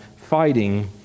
fighting